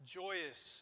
joyous